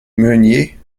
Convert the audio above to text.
meunier